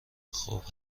خوب